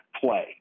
play